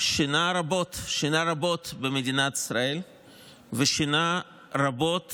שינה רבות, שינה רבות במדינת ישראל ושינה רבות